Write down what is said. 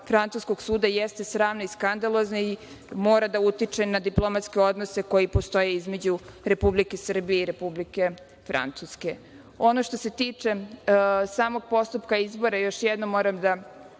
francuskog suda jeste sramna i skandalozna i mora da utiče na diplomatske odnose koji postoje između Republike Srbije i Republike Francuske. Ono što se tiče samog postupka izbora, još jednom moram da